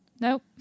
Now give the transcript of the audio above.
No